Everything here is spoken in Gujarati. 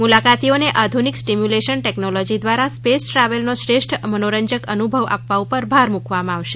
મુલાકાતીઓને આધુનિક સ્ટીમ્યુલેશન ટેક્નોલોજી દ્વારા સ્પેસ ટ્રાવેલનો શ્રેષ્ઠ મનોરંજક અનુભવ આપવા ઉપર ભાર મૂકવામાં આવશે